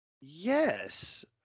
Yes